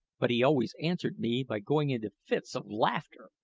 but he always answered me by going into fits of laughter.